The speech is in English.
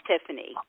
Tiffany